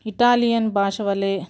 Italian భాష వలె